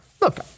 look